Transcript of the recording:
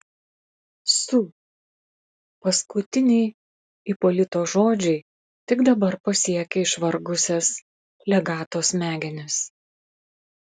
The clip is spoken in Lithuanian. su paskutiniai ipolito žodžiai tik dabar pasiekė išvargusias legato smegenis